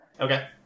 Okay